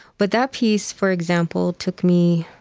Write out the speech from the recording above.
but that piece, for example, took me